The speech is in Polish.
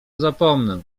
zapomnę